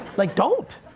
like don't,